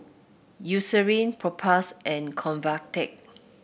Eucerin Propass and Convatec